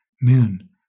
men